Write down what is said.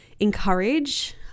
encourage